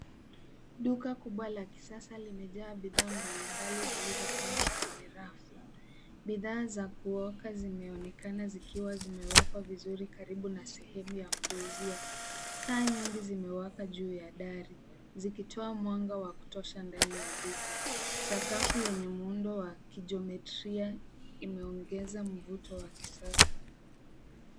Duka kubwa la kisasa limejaa bidhaa mbalimbali zilizopangwa kwenye rafu. Bidhaa za kuoka zinazoonekana zikiwa zimewekwa vizuri karibu na sehemu ya kuuzia. Taa nyingi zimewekwa juu ya dari zikitoa mwanga wa kutosha ndani ya duka. Sakafu yenye muundo wa kijometria imeongeza mvuto wa kisasa.